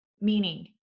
meaning